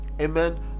amen